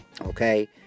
Okay